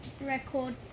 record